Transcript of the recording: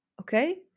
Okay